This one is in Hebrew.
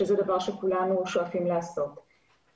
שזה דבר שכולנו שואפים לעשות.